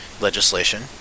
legislation